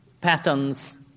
patterns